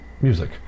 music